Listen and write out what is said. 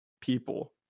people